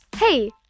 Hey